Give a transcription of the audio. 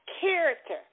character